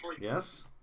Yes